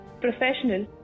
professional